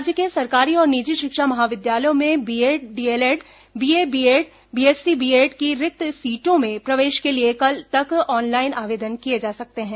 राज्य के सरकारी और निजी शिक्षा महाविद्यालयों में बीएड डीएलएड बीए बीएड और बीएससी बीएड की रिक्त सीटों में प्रवेश के लिए कल तक ऑनलाइन आवेदन किए जा सकते हैं